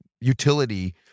utility